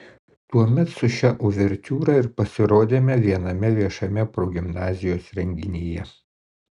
tuomet su šia uvertiūra ir pasirodėme viename viešame progimnazijos renginyje